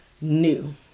new